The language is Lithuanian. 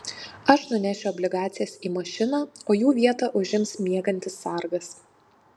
aš nunešiu obligacijas į mašiną o jų vietą užims miegantis sargas